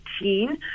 18